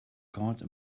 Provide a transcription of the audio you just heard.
cart